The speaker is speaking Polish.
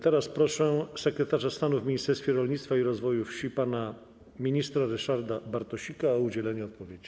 Teraz proszę sekretarza stanu w Ministerstwie Rolnictwa i Rozwoju Wsi pana ministra Ryszarda Bartosika o udzielenie odpowiedzi.